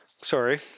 sorry